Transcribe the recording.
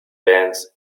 bands